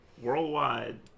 Worldwide